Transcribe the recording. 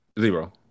zero